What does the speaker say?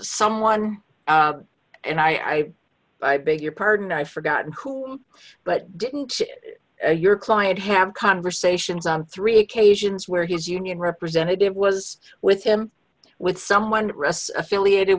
someone and i i beg your pardon i forgot in cool but didn't your client have conversations on three occasions where his union representative was with him with someone affiliated